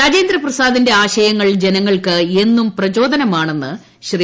രാജേന്ദ്രപ്രസാദിന്റെ ആശയങ്ങൾ ജനങ്ങൾക്ക് എന്നു പ്രചോദനമാണെന്ന് ശ്രീ